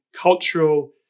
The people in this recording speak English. cultural